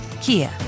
Kia